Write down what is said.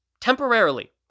Temporarily